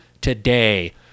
today